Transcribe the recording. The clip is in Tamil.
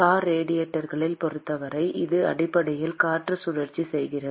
கார் ரேடியேட்டர்களைப் பொறுத்தவரை இது அடிப்படையில் காற்று சுழற்சி செய்யப்படுகிறது